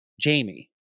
Jamie